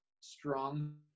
strong